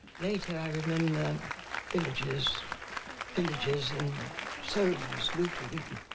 later i remember villagers villagers and soldiers looting.